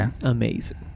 amazing